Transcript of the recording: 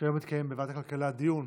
שהיום התקיים בוועדת הכלכלה דיון